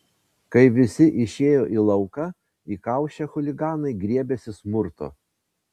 kai visi išėjo į lauką įkaušę chuliganai griebėsi smurto